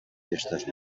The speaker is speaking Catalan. festes